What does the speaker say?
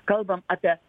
kalbam apie